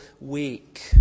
week